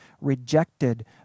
rejected